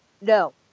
no